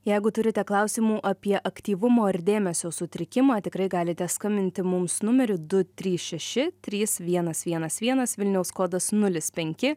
jeigu turite klausimų apie aktyvumo ir dėmesio sutrikimą tikrai galite skambinti mums numeriu du trys šeši trys vienas vienas vienas vilniaus kodas nulis penki